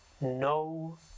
no